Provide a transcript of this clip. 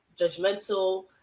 judgmental